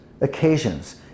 occasions